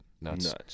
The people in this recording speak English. Nuts